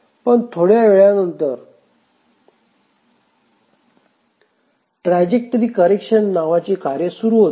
पण थोड्या वेळानंतर ट्रॅजेक्टरी करेक्शन नावाचे कार्य सुरू होते